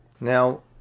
Now